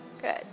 Good